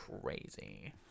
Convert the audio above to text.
crazy